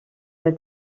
elle